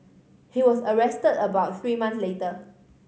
he was arrested about three months later